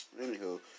Anywho